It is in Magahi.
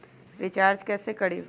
रिचाज कैसे करीब?